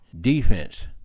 defense